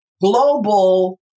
global